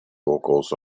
vocals